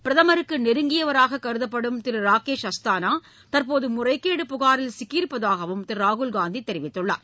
பிரதமருக்கு நெருங்கியவராகக் கருதப்படும் திரு ராகேஷ் அஸ்தானா தற்போது முறைகேடு புகாரில் சிக்கியிருப்பதாகவும் திரு ராகுல்காந்தி தெரிவித்துள்ளார்